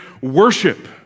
worship